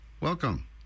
Welcome